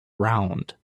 round